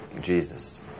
Jesus